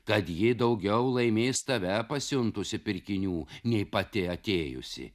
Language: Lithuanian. kad ji daugiau laimės tave pasiuntusi pirkinių nei pati atėjusi